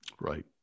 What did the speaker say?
Right